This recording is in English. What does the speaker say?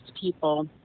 people